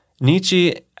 Nietzsche